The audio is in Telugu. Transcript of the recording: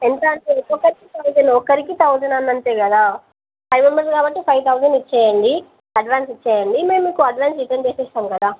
ఎంత అంటే ఒక్కొక్కరికి థౌజండ్ ఒకరికి థౌజండ్ అన్న అంతే కదా ఫైవ్ మెంబర్స్ కాబట్టి ఫైవ్ థౌజండ్ ఇచ్చేయండి అడ్వాన్ ఇచ్చేయండి మేము మీకు అడ్వాన్స్ రిటర్న్ చేసేస్తాము కదా